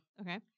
Okay